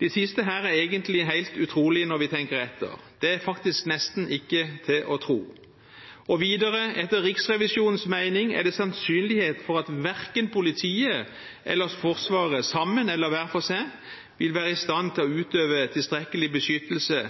Det siste er egentlig helt utrolig, når vi tenker etter. Det er faktisk nesten ikke til å tro. Og videre: Etter Riksrevisjonens mening er det sannsynlighet for at verken politiet eller Forsvaret, sammen eller hver for seg, vil være i stand til å utøve tilstrekkelig beskyttelse